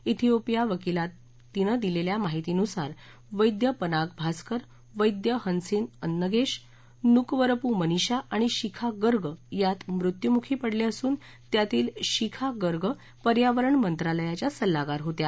थियोपिया वकिलातीनं दिलेल्या माहितीनुसार वद्यपनाग भास्कर वद्यहनसिन अन्नगेश न्कवरपू मनिषा आणि शिखा गर्ग यात मृत्यूमुखी पडले असून त्यातील शिखा गर्ग पर्यावरण मंत्रालयाच्या सल्लागार होत्या